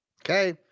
Okay